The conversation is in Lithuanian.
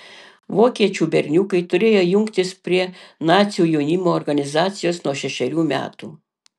vokiečių berniukai turėjo jungtis prie nacių jaunimo organizacijos nuo šešerių metų